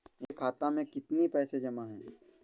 मेरे खाता में कितनी पैसे जमा हैं?